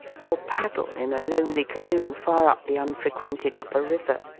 or paddle in a lonely canoe far up the unfrequented upper river.